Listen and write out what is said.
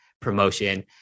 promotion